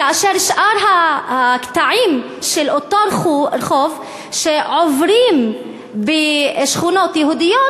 כאשר בשאר הקטעים של אותו רחוב שעוברים בשכונות יהודיות,